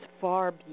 far